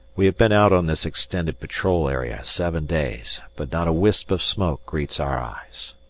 we have been out on this extended patrol area seven days, but not a wisp of smoke greets our eyes.